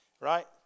Right